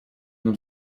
mną